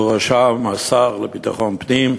ובראשם השר לביטחון פנים,